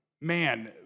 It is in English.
man